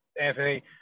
Anthony